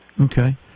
Okay